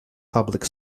public